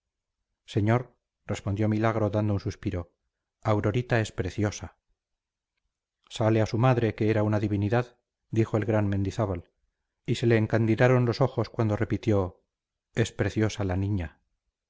señor respondió milagro dando un suspiro aurorita es preciosa sale a su madre que era una divinidad dijo el gran mendizábal y se le encandilaron los ojos cuando repitió es preciosa la niña